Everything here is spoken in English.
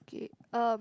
okay um